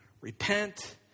Repent